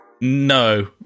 No